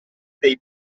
dei